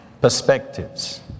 perspectives